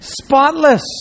spotless